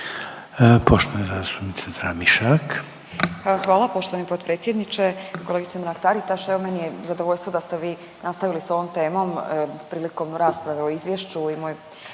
Poštovana zastupnica Tramišak.